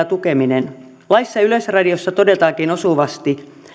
tukeminen laissa yleisradiosta todetaankin osuvasti